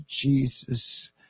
Jesus